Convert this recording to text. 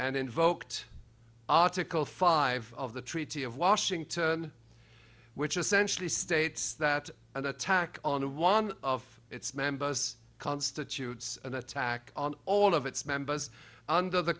and invoked article five of the treaty of washington which essentially states that an attack on one of its members constitutes an attack on all of its members under the